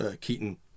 Keaton